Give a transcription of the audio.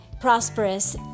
prosperous